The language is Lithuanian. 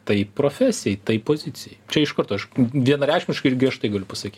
tai profesijai tai pozicijai čia iš karto aš vienareikšmiškai ir griežtai galiu pasakyt